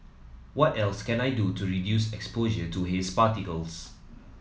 what else can I do to reduce exposure to haze particles